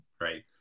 Right